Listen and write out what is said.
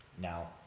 Now